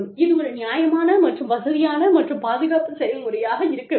இது ஒரு நியாயமான மற்றும் வசதியான மற்றும் பாதுகாப்பான செயல்முறையாக இருக்க வேண்டும்